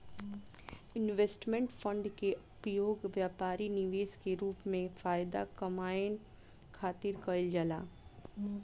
investment fund के उपयोग व्यापारी निवेश के रूप में फायदा कामये खातिर कईल जाला